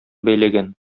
бәйләгән